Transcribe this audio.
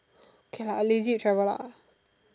okay lah I lazy to travel lah